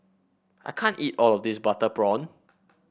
I can't eat all of this Butter Prawn